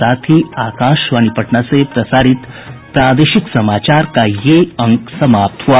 इसके साथ ही आकाशवाणी पटना से प्रसारित प्रादेशिक समाचार का ये अंक समाप्त हुआ